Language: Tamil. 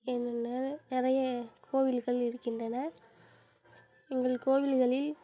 என்னென்ன நிறைய கோவில்கள் இருக்கின்றன எங்கள் கோவில்களில்